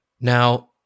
Now